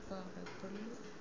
Parepally